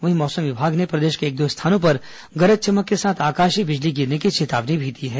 वहीं मौसम विभाग ने प्रदेश के एक दो स्थानों पर गरज चमक के साथ आकाशीय बिजली गिरने की चेतावनी भी दी है